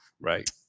Right